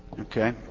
Okay